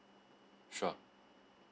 sure